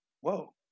Whoa